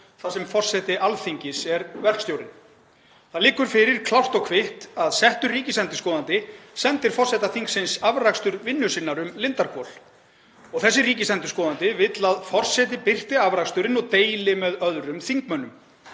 þar sem forseti Alþingis er verkstjórinn. Það liggur fyrir klárt og kvitt að settur ríkisendurskoðandi sendir forseta þingsins afrakstur vinnu sinnar um Lindarhvol og þessi ríkisendurskoðandi vill að forseti birti afraksturinn og deili með öðrum þingmönnum,